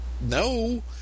no